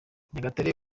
nyagatare